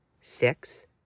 six